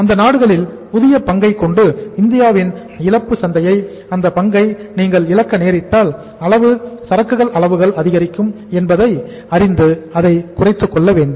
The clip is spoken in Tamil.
அந்த நாடுகளில் புதிய சந்தை பங்கை கொண்டு இந்தியாவின் இழப்பு சந்தைப் பங்கை நீங்கள் இழக்க நேரிட்டால் சரக்கு அளவுகள் அதிகரிக்கும் என்பதை அறிந்து அதை குறைத்துக்கொள்ளவேண்டும்